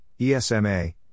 ESMA